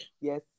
Yes